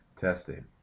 testing